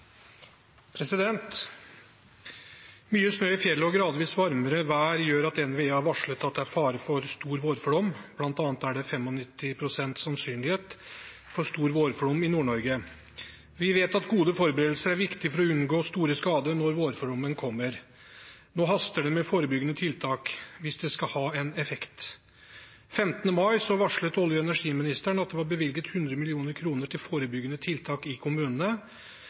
snø i fjellet og gradvis varmere vær gjør at NVE har varslet at det er fare for stor vårflom, blant annet er det 95 pst. sannsynlighet for stor vårflom i Nord-Norge. Vi vet at gode forberedelser er viktig for å unngå store skader når vårflommen kommer. Nå haster det med forebyggende tiltak, hvis det skal ha en effekt. 15. mai varslet olje- og energiministeren at det var bevilget 100 mill. kroner til forebyggende tiltak i kommunene.